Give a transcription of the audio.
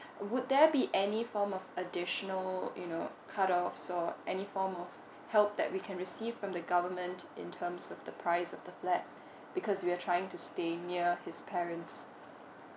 would there be any form of additional you know cut off or any form of help that we can receive from the government in terms of the price of the flat because we're trying to stay near his parents